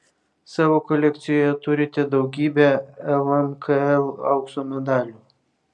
savo kolekcijoje turite daugybę lmkl aukso medalių